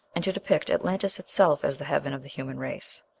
and to depict atlantis itself as the heaven of the human race.